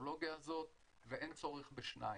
בטכנולוגיה הזאת ואין צורך בשניים.